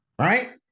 Right